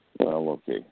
okay